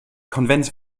konvents